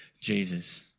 Jesus